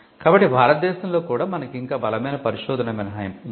కాబట్టి భారతదేశంలో కూడా మనకు ఇంకా బలమైన పరిశోధన మినహాయింపు ఉంది